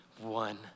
One